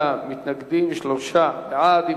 מתנגדים, שלושה בעד.